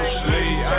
sleep